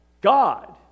God